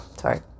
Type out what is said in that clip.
sorry